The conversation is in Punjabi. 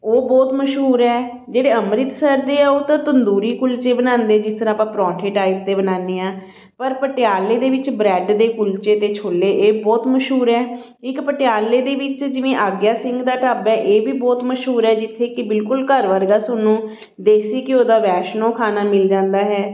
ਉਹ ਬਹੁਤ ਮਸ਼ਹੂਰ ਹੈ ਜਿਹੜੇ ਅੰਮ੍ਰਿਤਸਰ ਦੇ ਆ ਉਹ ਤਾਂ ਤੰਦੂਰੀ ਕੁਲਚੇ ਬਣਾਉਂਦੇ ਜਿਸ ਤਰ੍ਹਾਂ ਆਪਾਂ ਪਰੌਂਠੇ ਟਾਈਪ 'ਤੇ ਬਣਾਉਂਦੇ ਹਾਂ ਪਰ ਪਟਿਆਲੇ ਦੇ ਵਿੱਚ ਬਰੈਡ ਦੇ ਕੁਲਚੇ ਅਤੇ ਛੋਲੇ ਇਹ ਬਹੁਤ ਮਸ਼ਹੂਰ ਹੈ ਇੱਕ ਪਟਿਆਲੇ ਦੇ ਵਿੱਚ ਜਿਵੇਂ ਆ ਗਿਆ ਸਿੰਘ ਦਾ ਢਾਬਾ ਇਹ ਵੀ ਬਹੁਤ ਮਸ਼ਹੂਰ ਹੈ ਜਿੱਥੇ ਕਿ ਬਿਲਕੁਲ ਘਰ ਵਰਗਾ ਤੁਹਾਨੂੰ ਦੇਸੀ ਘਿਓ ਦਾ ਵੈਸ਼ਨੋ ਖਾਣਾ ਮਿਲ ਜਾਂਦਾ ਹੈ